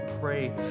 pray